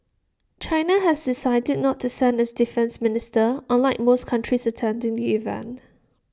China has decided not to send its defence minister unlike most countries attending the event